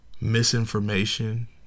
misinformation